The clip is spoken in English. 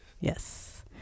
Yes